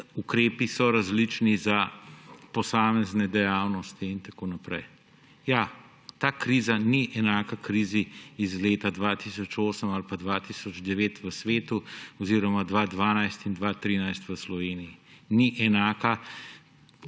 ukrepi so različni za posamezne dejavnosti in tako naprej. Ja. Ta kriza ni enaka krizi iz leta 2008 ali pa 2009 v svetu oziroma 2012 in 2013 v Sloveniji. Ni enaka.